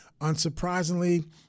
Unsurprisingly